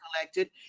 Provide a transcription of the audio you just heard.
collected